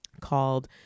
called